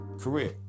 career